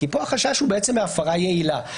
כי פה החשש הוא מהפרה יעילה,